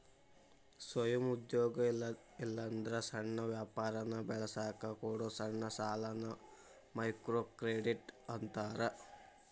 ಸ್ವಯಂ ಉದ್ಯೋಗ ಇಲ್ಲಾಂದ್ರ ಸಣ್ಣ ವ್ಯಾಪಾರನ ಬೆಳಸಕ ಕೊಡೊ ಸಣ್ಣ ಸಾಲಾನ ಮೈಕ್ರೋಕ್ರೆಡಿಟ್ ಅಂತಾರ